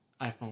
iPhone